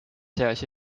seas